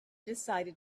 decided